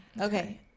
Okay